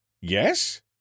Yes